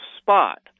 spot